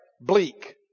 Bleak